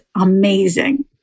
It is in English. amazing